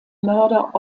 mörder